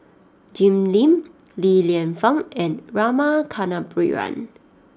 Jim Lim Li Lienfung and Rama Kannabiran